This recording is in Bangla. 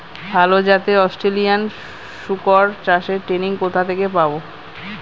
ভালো জাতে অস্ট্রেলিয়ান শুকর চাষের ট্রেনিং কোথা থেকে পাব?